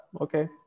okay